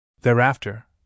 Thereafter